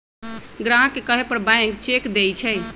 ग्राहक के कहे पर बैंक चेक देई छई